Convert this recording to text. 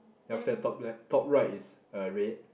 then after that top left~ top right is uh red